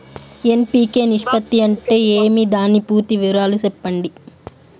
NPK నిష్పత్తి అంటే ఏమి దాని పూర్తి వివరాలు సెప్పండి?